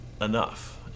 enough